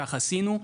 כך עשינו.